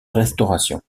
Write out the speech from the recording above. restauration